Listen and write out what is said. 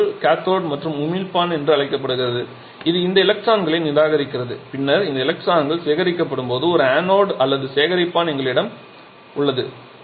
இந்த பொருள் கத்தோட் என்றும் உமிழ்ப்பான் என்றும் அழைக்கப்படுகிறது இது இந்த எலக்ட்ரான்களை நிராகரிக்கிறது பின்னர் இந்த எலக்ட்ரான்கள் சேகரிக்கப்படும் ஒரு அனோட் அல்லது சேகரிப்பான் எங்களிடம் உள்ளது